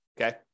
okay